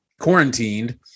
quarantined